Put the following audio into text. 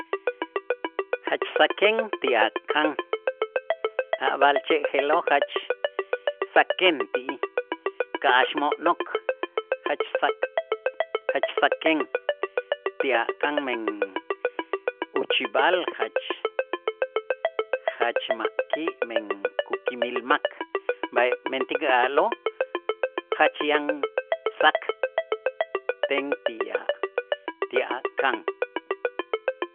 Jach saken ti a' kan a' b'a'alche' je'lo' jach saken ti'ij, ka'ax mo'nok jach sak jach saken ti a' kan men uch'ib'al jach jach ma' ki' men kukimil mak, b'a mentik a'lo' jach yan sak ten ti a' ti a' kan.